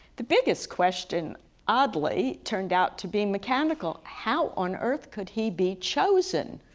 the biggest question oddly turned out to be mechanical, how on earth could he be chosen.